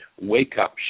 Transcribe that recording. wake-up